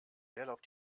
leerlauf